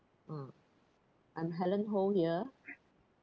ah I'm helen ho here